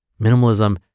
Minimalism